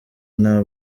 nta